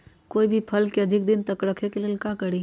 कोई भी फल के अधिक दिन तक रखे के ले ल का करी?